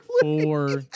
four